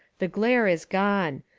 the glare has gone.